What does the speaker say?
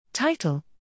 Title